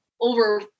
over